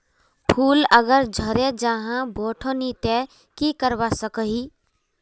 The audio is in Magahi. फूल अगर झरे जहा बोठो नी ते की करवा सकोहो ही?